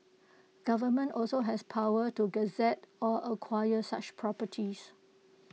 government also has powers to gazette or acquire such properties